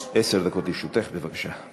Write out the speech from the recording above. עשר דקות לרשותך, בבקשה.